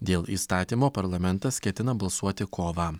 dėl įstatymo parlamentas ketina balsuoti kovą